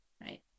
right